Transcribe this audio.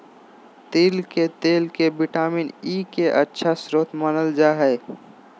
तिल के तेल के विटामिन ई के अच्छा स्रोत मानल जा हइ